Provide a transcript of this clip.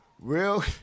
Real